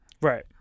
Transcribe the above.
Right